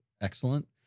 excellent